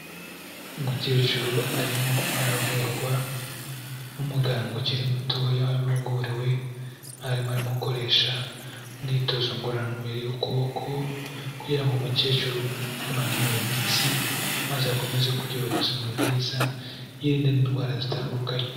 Umukecuru arimo aravurwa, n'umuganga ukiri mutoya wabihuguriwe, arimo aramukoresha umwitozo ngororamubiri w'ukuboko, kugira ngo umukecuru ananure imitsi, maze akomeze kugira ubuzima bwiza, yirinde n'indwara zitandukanye.